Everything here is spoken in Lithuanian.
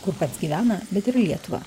kur pats gyvena bet ir lietuvą